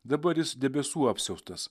dabar jis debesų apsiaustas